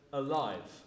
alive